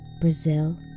Brazil